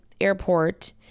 airport